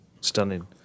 stunning